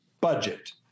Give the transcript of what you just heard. budget